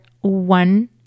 one